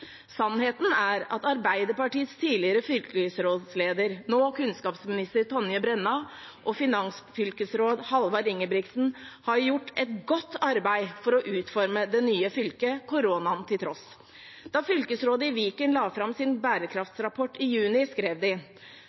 Sannheten er at Arbeiderpartiets tidligere fylkesrådsleder og nå kunnskapsminister, Tonje Brenna, og tidligere finansfylkesråd Halvard Ingebrigtsen har gjort et godt arbeid for å utforme det nye fylket, koronaen til tross. Da fylkesrådet i Viken la frem sin bærekraftsrapport i juni, skrev